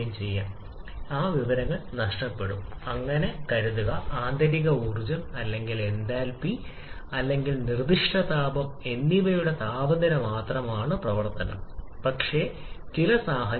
ഇപ്പോൾ കോമ്പോസിഷൻ മാറുന്നതിനനുസരിച്ച് നമ്മൾ മിശ്രിതം മെലിഞ്ഞതും കൂടുതൽ വായുവും ഉണ്ടാക്കിയാൽ കാര്യക്ഷമത യഥാർത്ഥത്തിൽ കാണാനാകും നിങ്ങൾ 120 ലേക്ക് പോകുമ്പോൾ വർദ്ധിച്ചു